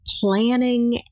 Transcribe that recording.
planning